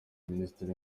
minisitiri